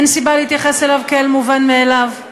אין סיבה להתייחס אליו כאל מובן מאליו.